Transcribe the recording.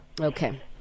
Okay